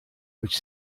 which